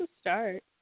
start